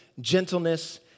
gentleness